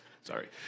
sorry